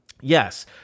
Yes